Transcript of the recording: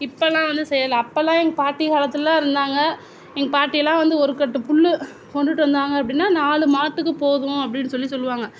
இப்போலாம் வந்து செய்யலை அப்போலாம் எங்கள் பாட்டி காலத்தில் இருந்தாங்க எங்கள் பாட்டி எல்லாம் வந்து ஒரு கட்டு புல்லு கொண்டுட்டு வந்தாங்க அப்படினா நாலு மாட்டுக்கு போதும் அப்படின்னு சொல்லி சொல்லுவாங்க